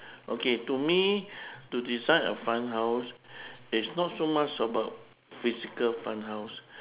okay to me to decide a fun house it's not so much about physical fun house